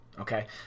Okay